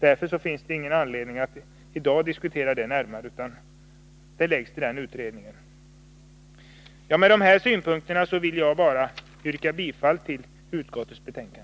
Därför finns ingen anledning att i dag diskutera detta närmare, utan frågan vidarebefordras till utredningen. Herr talman! Med dessa synpunkter vill jag yrka bifall till utskottets hemställan.